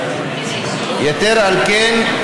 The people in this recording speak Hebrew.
יתר על כן,